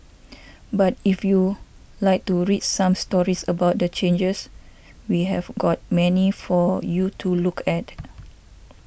but if you like to read some stories about the changes we have got many for you to look at